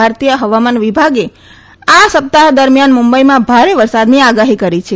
ભારતીય હવામાન વિભાગ પ્રમાણે આ સપ્તાહ દરમ્યાન મુંબઈમાં ભારે વરસાદની આગાહી છે